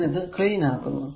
ഞാൻ ഇതു ക്ലീൻ ആക്കുന്നു